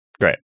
great